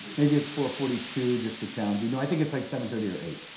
maybe it's four forty two just to challenge you. no, i think it's like seven thirty or eight